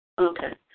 Okay